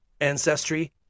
ancestry